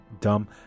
dumb